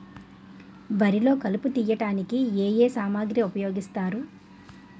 వరిలో కలుపు తియ్యడానికి ఏ ఏ సామాగ్రి ఉపయోగిస్తారు?